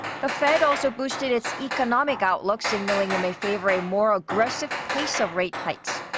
the fed also boosted its economic outlook, signaling it may favor a more aggressive pace of rate hikes.